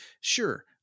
sure